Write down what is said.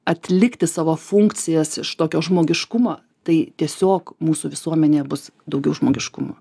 atlikti savo funkcijas iš tokio žmogiškumo tai tiesiog mūsų visuomenėje bus daugiau žmogiškumo